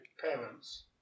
parents